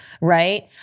right